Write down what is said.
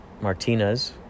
martinez